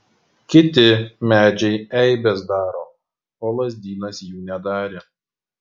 kiti medžiai eibes daro o lazdynas jų nedarė